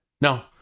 No